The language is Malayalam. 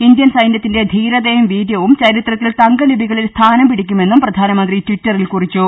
ഇന്ത്യൻ സൈന്യത്തിന്റെ ധീരതയും വീര്യവും ചരിത്രത്തിൽ തങ്ക ലിപിക ളിൽ സ്ഥാനം പിടിക്കുമെന്നും പ്രധാനമന്ത്രി ടിറ്ററിൽ കുറിച്ചു